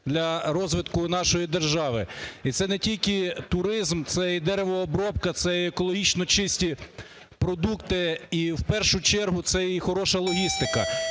для розвитку нашої держави. І це не тільки туризм, це і деревообробка, це і екологічно чисті продукти. І в першу чергу – це і хороша логістика.